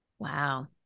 Wow